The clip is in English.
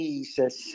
Jesus